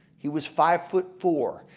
he was five foot four.